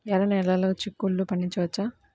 ఎర్ర నెలలో చిక్కుల్లో పండించవచ్చా?